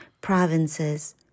Provinces